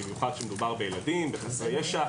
במיוחד כאשר מדובר בילדים ובחסרי ישע.